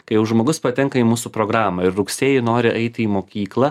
kai jau žmogus patenka į mūsų programą ir rugsėjį nori eiti į mokyklą